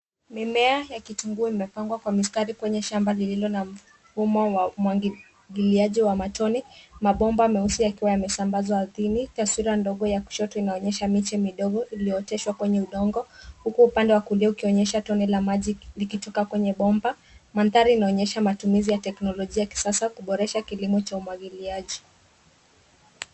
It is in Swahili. Mimea ya kitunguu imepangwa kwa mistari kwenye shamba lililo na mfumo la umwagiliaji wa matone na bomba meusi yakiwa yamesambazwa ardhini, taswira ndogo ya kushoto inaonyesha miche midogo iliyooteshwa kwenye udongo huku upande wa kulia ukionyesha tone la maji likitoka kwenye bomba. Mandhari inaonyesha matumizi ya teknolojia ya kisasa kuboresha kilimo cha umwagiliaji.